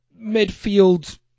Midfield